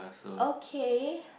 okay